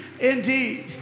indeed